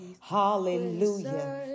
hallelujah